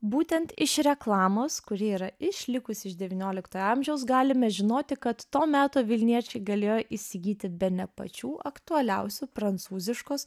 būtent iš reklamos kuri yra išlikusi iš devynioliktojo amžiaus galime žinoti kad to meto vilniečiai galėjo įsigyti bene pačių aktualiausių prancūziškos